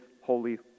holy